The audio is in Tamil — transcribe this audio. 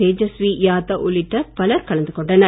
தேஜஸ்வி யாதவ் உள்ளிட்ட பலர் கலந்து கொண்டனர்